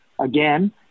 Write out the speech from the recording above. again